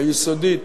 היסודית,